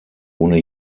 ohne